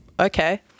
Okay